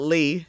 Lee